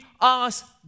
ask